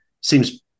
seems